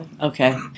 Okay